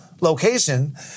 location